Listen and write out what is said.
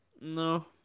No